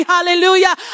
Hallelujah